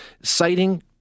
citing